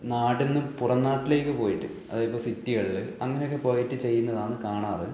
നാട്ടിൽ നിന്ന് പുറം നാട്ടിലേക്ക് പോയിട്ട് അതായിപ്പം സിറ്റികളിൽ അങ്ങനെ ഒക്കെ പോയിട്ട് ചെയ്യുന്നതാണ് കാണാറ്